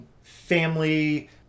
family